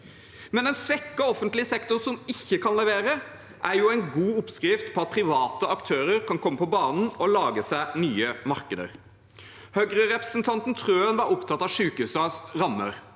En svekket offentlig sektor som ikke kan levere, er en god oppskrift på at private aktører kan komme på banen og lage seg nye markeder. Høyre-representanten Wilhelmsen Trøen var opptatt av sykehusenes rammer.